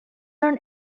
learn